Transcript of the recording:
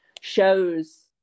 shows